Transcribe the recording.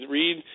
read